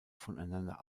voneinander